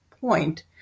point